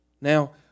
Now